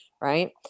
right